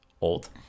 old